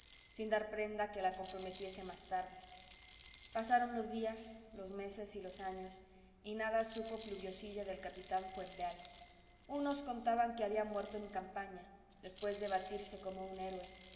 sin dar prenda que la comprometiese más tarde pasaron los días los meses y los años y nada supo pluviosilla del capitán fuenleal unos contaban que había muerto en campaña después de batirse como un héroe